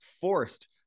forced